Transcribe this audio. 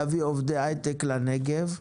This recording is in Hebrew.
להביא עובדי הייטק לנגב.